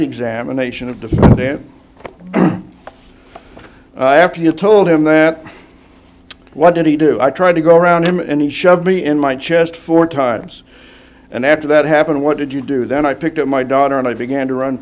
examination of the day after you told him that what did he do i tried to go around him and he shoved me in my chest four times and after that happened what did you do then i picked up my daughter and i began to run